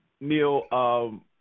Neil –